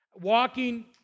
walking